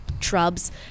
shrubs